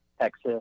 Texas